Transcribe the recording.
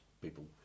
people